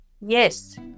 Yes